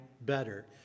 better